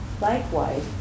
Likewise